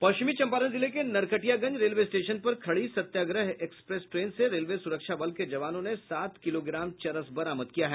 पश्चिमी चम्पारण जिले के नरकटियागंज रेलवे स्टेशन पर खड़ी सत्याग्रह एक्सप्रेस ट्रेन से रेलवे सूरक्षा बल के जवानों ने सात किलोग्राम चरस बरामद किया है